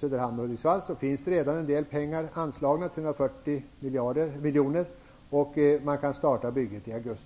Söderhamn och Hudiksvall, närmare bestämt 340 miljoner. Bygget kan starta i augusti.